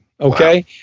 okay